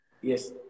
Yes